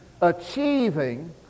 achieving